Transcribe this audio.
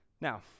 Now